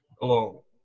Hello